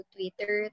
Twitter